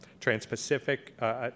trans-Pacific